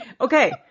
Okay